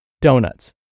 Donuts